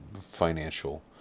financial